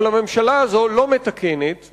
אבל הממשלה הזאת ממשיכה בה ביתר שאת,